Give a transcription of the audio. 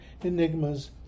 enigmas